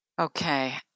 Okay